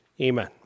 Amen